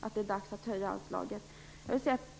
att det är dags att höja anslaget.